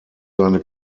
seine